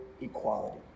equality